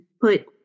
put